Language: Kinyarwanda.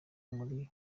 muri